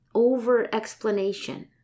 over-explanation